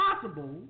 possible